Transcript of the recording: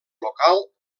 local